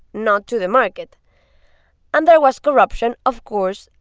not to the market and there was corruption, of course,